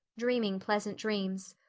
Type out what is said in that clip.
dreaming pleasant dreams.